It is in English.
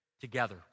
together